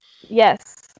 Yes